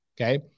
okay